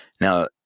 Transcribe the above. Now